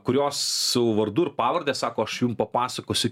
kurios su vardu ir pavarde sako aš jum papasakosiu